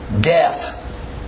death